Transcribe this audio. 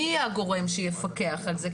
מי יהיה הגורם שיפקח על זה?